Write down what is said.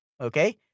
Okay